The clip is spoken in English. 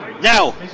Now